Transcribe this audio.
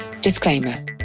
Disclaimer